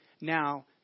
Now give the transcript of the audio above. now